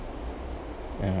uh